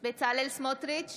בצלאל סמוטריץ'